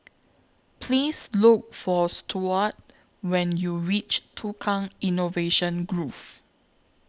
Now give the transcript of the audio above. Please Look For Stuart when YOU REACH Tukang Innovation Grove